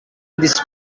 this